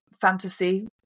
fantasy